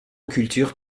culture